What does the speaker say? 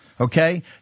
okay